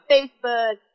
Facebook